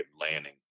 landing